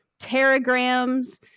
teragrams